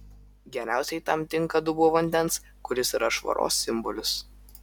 geriausiai tam tinka dubuo vandens kuris yra švaros simbolis